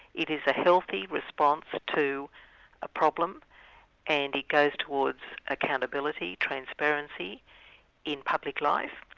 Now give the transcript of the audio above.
it is a healthy response to a problem and it goes towards accountability, transparency in public life,